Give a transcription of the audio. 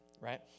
right